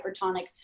hypertonic